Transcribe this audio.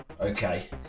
okay